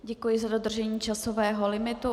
Děkuji za dodržení časového limitu.